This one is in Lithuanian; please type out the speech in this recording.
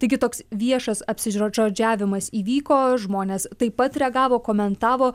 taigi toks viešas apsižodžiavimas įvyko žmonės taip pat reagavo komentavo